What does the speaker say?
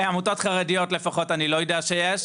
עמותות חרדיות לפחות אני לא יודע שיש.